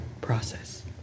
process